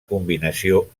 combinació